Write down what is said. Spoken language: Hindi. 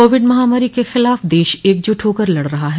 कोविड महामारी के खिलाफ देश एकजुट होकर लड़ रहा है